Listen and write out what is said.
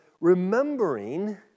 remembering